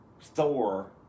Thor